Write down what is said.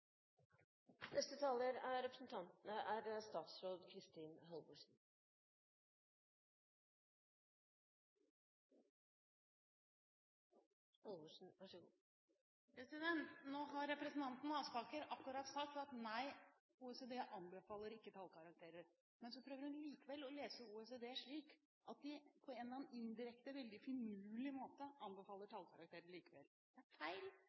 Nå har representanten Aspaker akkurat sagt at OECD ikke anbefaler tallkarakterer, men så prøver hun likevel å lese OECD slik at de på en eller annen indirekte veldig finurlig måte anbefaler tallkarakterer likevel. Det er feil